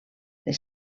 les